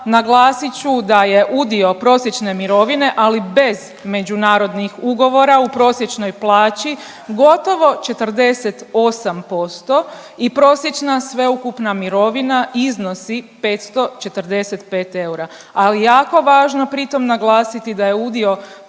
naglasit ću da je udio prosječne mirovine, ali bez međunarodnih ugovora u prosječnoj plaći gotovo 48% i prosječna sveukupna mirovina iznosi 545 eura, ali jako važno pritom naglasiti da je udio